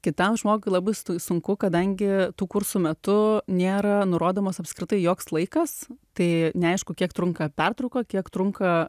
kitam žmogui labai sunku kadangi tų kursų metu nėra nurodomas apskritai joks laikas tai neaišku kiek trunka pertrauka kiek trunka